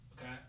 Okay